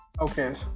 Okay